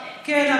כן,